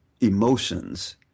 emotions